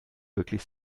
wirklich